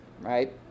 right